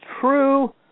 true